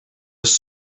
was